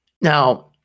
Now